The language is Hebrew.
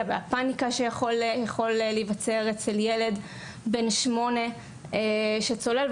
והפאניקה שיכול שייוצרו אצל ילד בן שמונה שצולל.